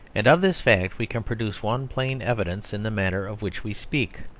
and of this fact we can produce one plain evidence in the matter of which we speak.